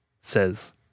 says